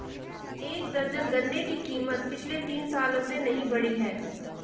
एक दर्जन गन्ने की कीमत पिछले तीन सालों से नही बढ़ी है